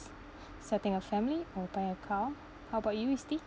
setting a family or buying a car how about you isti